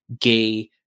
gay